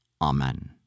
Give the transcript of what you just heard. Amen